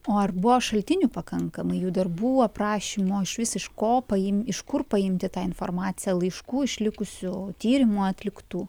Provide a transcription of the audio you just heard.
o ar buvo šaltinių pakankamai jų darbų aprašymo išvis iš ko paim iš kur paimti tą informaciją laiškų išlikusių tyrimų atliktų